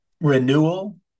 renewal